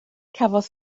cafodd